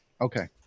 Okay